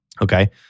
Okay